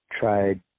tried